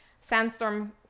Sandstorm